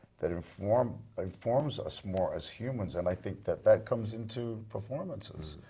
that inform, informs us more as humans and i think that that comes into performances.